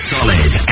Solid